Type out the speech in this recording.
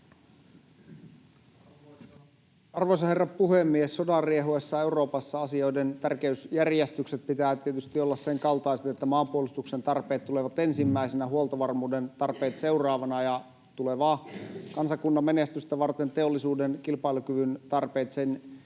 Arvoisa herra puhemies! Sodan riehuessa Euroopassa asioiden tärkeysjärjestysten pitää tietysti olla sen kaltaiset, että maanpuolustuksen tarpeet tulevat ensimmäisenä, huoltovarmuuden tarpeet seuraavana ja tulevaa kansakunnan menestystä varten teollisuuden kilpailukyvyn tarpeet sen